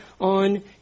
on